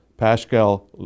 Pascal